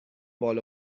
بال